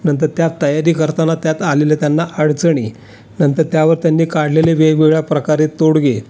नंतर त्या तयारी करताना त्यात आलेल्या त्यांना अडचणी नंतर त्यावर त्यांनी काढलेले वेगवगळ्याप्रकारे तोडगे